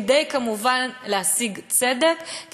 כדי להשיג צדק,